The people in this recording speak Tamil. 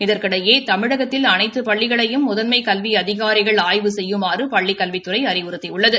இதற்கிடையே தமிழகத்தில் அனைத்து பள்ளிகளையும் முதன்மை கல்வி அதிகாரிகள் ஆய்வு செய்யுமாறு பள்ளிக்கல்வித்துறை அறிவுறுத்தியுள்ளது